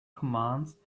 commands